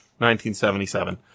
1977